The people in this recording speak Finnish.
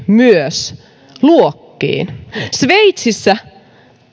myös luokkiin sveitsissä